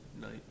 night